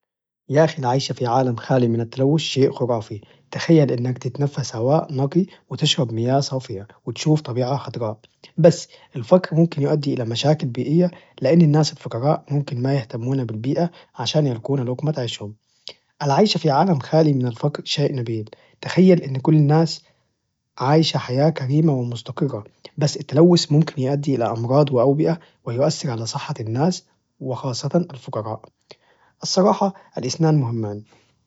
يا أخي العيش في عالم خالي من التلوث شيء خرافي، تخيل إنك تتنفس هواء نقي، وتشرب مياه صافية، وتشوف طبيعة خضراء! بس الفقر ممكن يؤدي إلى مشاكل بيئية، لأن الناس الفقراء ممكن ما يهتمون بالبيئة عشان يلقون لقمة عيشهم، العيش في عالم خالي من الفقر شيء نبيل، تخيل أن كل الناس عايشة حياة كريمة ومستقرة، بس التلوث ممكن يؤدي إلى أمراض وأوبئة ويؤثر على صحة الناس وخاصة الفقراء، الصراحة الاثنان مهمان.